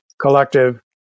collective